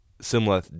similar